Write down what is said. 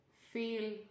feel